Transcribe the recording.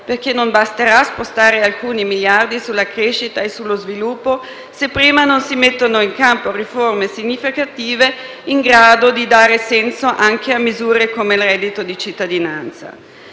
perché non basterà spostare alcuni miliardi sulla crescita e sullo sviluppo se prima non si mettono in campo riforme significative, in grado di dare senso anche a misure come il reddito di cittadinanza.